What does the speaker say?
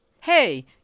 hey